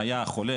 היה חולה.